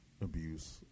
abuse